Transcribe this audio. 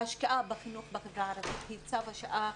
השקעה בחינוך בחברה הערבית היא צו השעה,